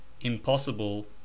impossible